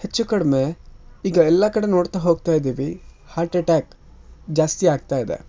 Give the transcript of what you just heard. ಹೆಚ್ಚು ಕಡಿಮೆ ಈಗ ಎಲ್ಲ ಕಡೆ ನೋಡ್ತಾ ಹೋಗ್ತಾ ಇದ್ದೀವಿ ಹಾರ್ಟ್ ಅಟ್ಯಾಕ್ ಜಾಸ್ತಿ ಆಗ್ತಾ ಇದೆ